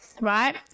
right